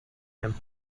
him